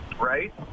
right